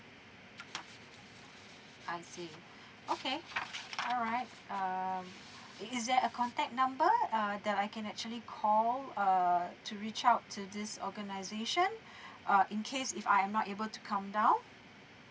I see okay alright um is is there a contact number uh that I can actually call uh to reach out to this organisation uh in case if I'm not able to come down